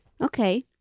Okay